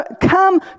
come